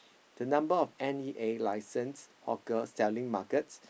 the number of N_E_A licence hawker selling market